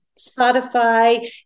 Spotify